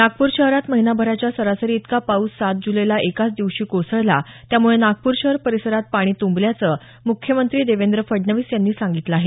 नागपूर शहरात महिनाभराच्या सरासरी इतका पाऊस सात जुलैला एकाच दिवशी कोसळला त्यामुळे नागपूर शहर परिसरात पाणी तुंबल्याचं मुख्यमंत्री देवेंद्र फडणवीस यांनी सांगितलं आहे